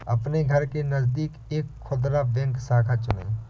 अपने घर के नजदीक एक खुदरा बैंक शाखा चुनें